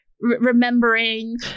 remembering